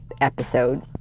episode